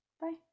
Bye